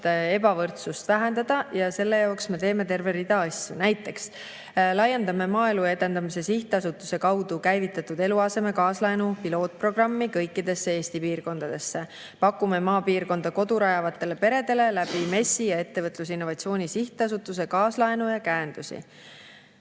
ebavõrdsust vähendada, ja selle jaoks me teeme terve rida asju. Näiteks laiendame Maaelu Edendamise Sihtasutuse kaudu käivitatud eluaseme kaaslaenu pilootprogrammi kõikidesse Eesti piirkondadesse, pakume maapiirkonda kodu rajavatele peredele MES‑i ja Ettevõtluse ja Innovatsiooni Sihtasutuse kaudu kaaslaenu ja käendusi.